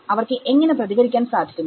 അവർക്ക് എങ്ങനെ പ്രതികരിക്കാൻ സാധിക്കുന്നു